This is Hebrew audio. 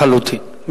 לחלוטין.